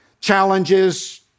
challenges